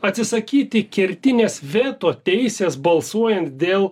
atsisakyti kertinės veto teisės balsuojant dėl